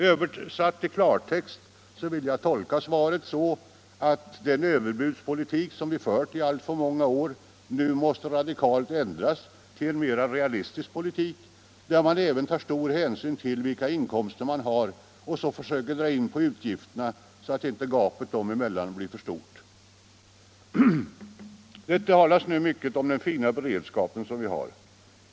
Översatt till klartext vill jag tolka svaret så att den överbudspolitik som förts i alltför många år nu måste ändras radikalt till en mera realistisk politik, där man även tar stor hänsyn till vilka inkomster man har och så försöker dra in på utgifterna så att inte gapet däremellan blir för stort. Det talas nu mycket om den fina beredskap som vi har.